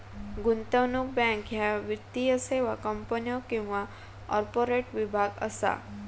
गुंतवणूक बँक ह्या वित्तीय सेवा कंपन्यो किंवा कॉर्पोरेट विभाग असा